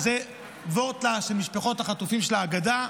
זה וורט של משפחות החטופים בהגדה,